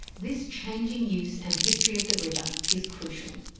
this changing use and history of the river is crucial.